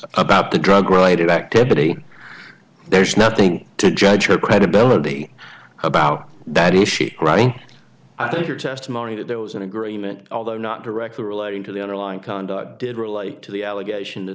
about the drug related activity there's nothing to judge her credibility about that is she right i think your testimony that there was an agreement although not directly relating to the underlying conduct did relate to the allegation that